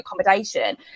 accommodation